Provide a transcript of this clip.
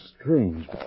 strange